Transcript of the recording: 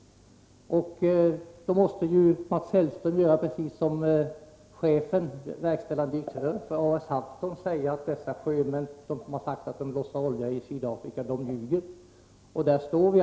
Då måste Mats Om hemkonsulent Hellström, precis som verkställande direktören för A/S Haftol, hävda att de verksamheten efter sjömän som sagt att de har lossat olja i Sydafrika ljuger. Där står vi.